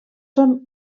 són